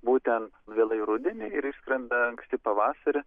būtent vėlai rudenį ir išskrenda anksti pavasarį